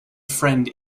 friend